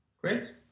Great